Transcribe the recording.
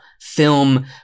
film